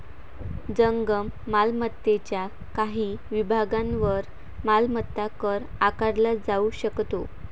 जंगम मालमत्तेच्या काही विभागांवर मालमत्ता कर आकारला जाऊ शकतो